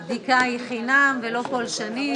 הבדיקה היא חינם ולא פולשנית,